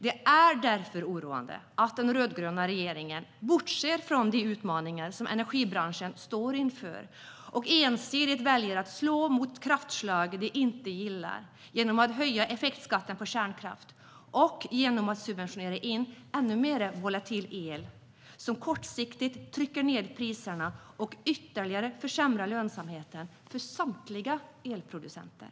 Det är därför oroande att den rödgröna regeringen bortser från de utmaningar som energibranschen står inför och ensidigt väljer att slå mot kraftslag de inte gillar genom att höja effektskatten på kärnkraft och subventionera in ännu mer volatil el som kortsiktigt trycker ned priserna och ytterligare försämrar lönsamheten för samtliga elproducenter.